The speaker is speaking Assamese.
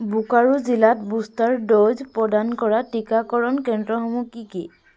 বোকাৰো জিলাত বুষ্টাৰ ড'জ প্ৰদান কৰা টীকাকৰণ কেন্দ্ৰসমূহ কি কি